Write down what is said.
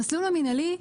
המסלול המנהלי,